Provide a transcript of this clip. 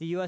the u